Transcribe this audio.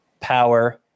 power